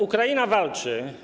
Ukraina walczy.